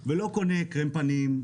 לארץ ולא קונה קרם פנים,